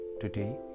Today